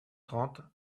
trente